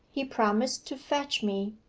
he promised to fetch me,